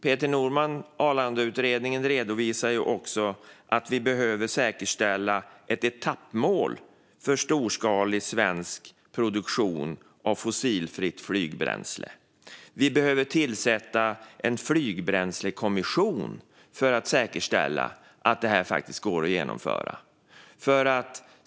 Peter Normans Arlandautredning redovisar att vi behöver säkerställa ett etappmål för storskalig svensk produktion av fossilfritt flygbränsle. Vi behöver tillsätta en flygbränslekommission för att säkerställa att detta går att genomföra.